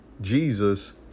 Jesus